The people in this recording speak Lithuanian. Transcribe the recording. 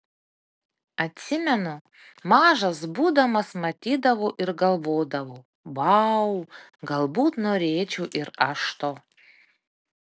atsimenu mažas būdamas matydavau ir galvodavau vau galbūt norėčiau ir aš to